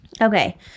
Okay